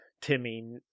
Timmy